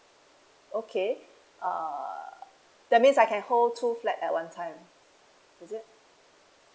okay err that means I can hold two flat at one time is it